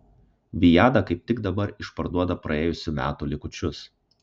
viada kaip tik dabar išparduoda praėjusių metų likučius